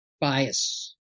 bias